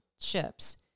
Ships